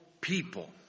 people